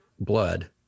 blood